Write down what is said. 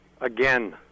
Again